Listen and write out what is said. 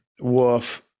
Woof